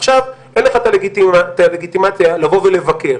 עכשיו אין לך את הלגיטימציה לבקר,